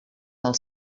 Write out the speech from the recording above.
del